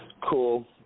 Cool